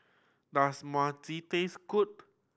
does Mochi taste good